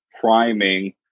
priming